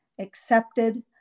accepted